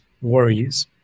worries